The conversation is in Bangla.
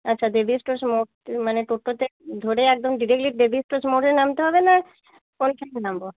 আচ্ছা দেবী স্টোর মোড়ে মানে টোটোতে ধরে একদম ডিরেক্টলি দেবী স্টোরস মোড়ে নামতে হবে না পরেরদিকে নামবো